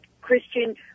Christian